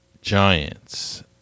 Giants